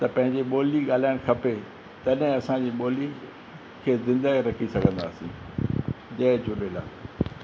त पंहिंजी ॿोली ॻाल्हाइणु खपे तॾहिं असांजी ॿोली खे ज़िंदा रखी सघंदासीं जय झूलेलाल